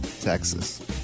texas